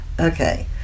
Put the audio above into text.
Okay